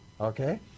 Okay